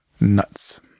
Nuts